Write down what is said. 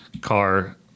car